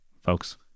folks